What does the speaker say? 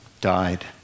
died